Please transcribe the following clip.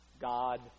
God